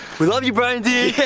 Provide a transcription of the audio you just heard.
we love you briand!